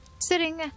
sitting